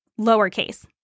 lowercase